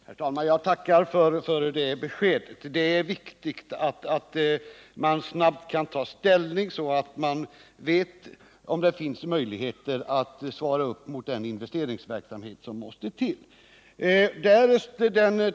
Herr talman! Jag tackar för det beskedet. Det är viktigt att regeringen snabbt tar ställning, så att kommunen får veta om det finns möjligheter att klara den erforderliga investeringsverksamheten.